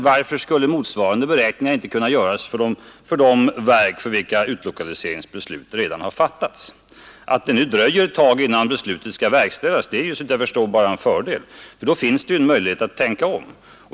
Varför skulle motsvarande beräkningar då inte kunna göras för de verk för vilka utlokaliseringsbeslut redan har fattats? Att det dröjer ett tag innan beslutet skall verkställas är, såvitt jag förstår, bara en fördel, ty då finns det en möjlighet att tänka om.